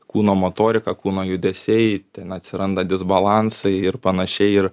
kūno motorika kūno judesiai ten atsiranda disbalansai ir panašiai ir